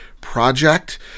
project